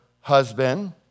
husband